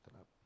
up